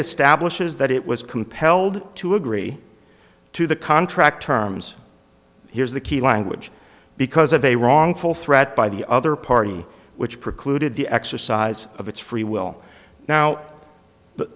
establishes that it was compelled to agree to the contract terms here's the key language because of a wrongful threat by the other party which precluded the exercise of its free will now but